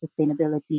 sustainability